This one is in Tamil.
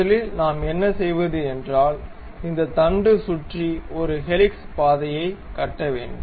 முதலில் நாம் என்ன செய்வது என்றால் இந்த தண்டு சுற்றி ஒரு ஹெலிக்ஸ் பாதையை கட்ட வேண்டும்